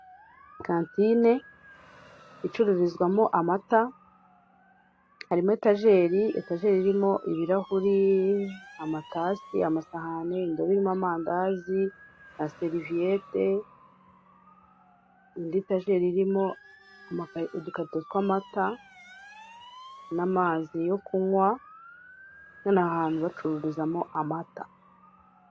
Kantine icururizwamo amata, harimo etajeri, etajeri irimo ibirahuri, amatasi, amasahani, indobo irimo amandazi na seriviyete, indi etajeri irimo udukarito tw'amata n'amazi yo kunywa, ndabona aha hantu bacururizamo amata.